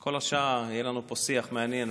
כל השעה יהיה לנו פה שיח מעניין,